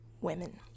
women